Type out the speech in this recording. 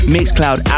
Mixcloud